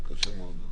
קשה מאוד.